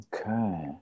Okay